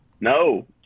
No